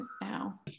now